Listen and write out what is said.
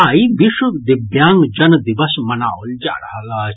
आइ विश्व दिव्यांगजन दिवस मनाओल जा रहल अछि